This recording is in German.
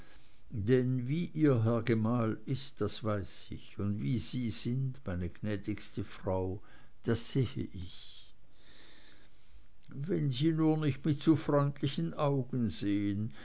denn wie ihr herr gemahl ist das weiß ich und wie sie sind meine gnädigste frau das sehe ich wenn sie nur nicht mit zu freundlichen augen sehen